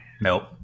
Nope